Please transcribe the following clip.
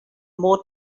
more